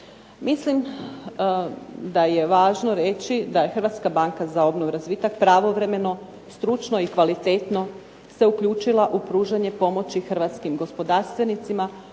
Mislim da je važno reći da je HBOR pravovremeno i stručnu i kvalitetno se uključila u pružanje pomoći gospodarstvenicima